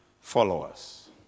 followers